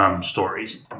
stories